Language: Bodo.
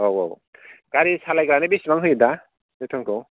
औ औ गारि सालायग्रानो बिसिबां होयो दा बेथनखौ